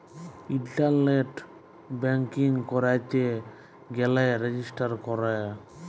ইলটারলেট banking ক্যইরতে গ্যালে register ক্যরে